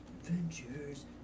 Adventures